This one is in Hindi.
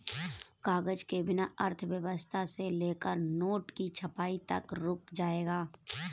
कागज के बिना अर्थव्यवस्था से लेकर नोट की छपाई तक रुक जाएगा